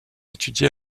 étudie